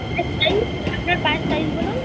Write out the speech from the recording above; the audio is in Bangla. পায়ের সাইজ আপনার পায়ের সাইজ বলুন